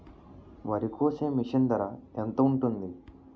వరి కోసే మిషన్ ధర ఎంత ఉంటుంది?